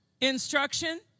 instruction